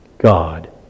God